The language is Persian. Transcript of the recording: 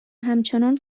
همچنان